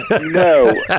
No